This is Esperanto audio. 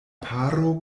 paro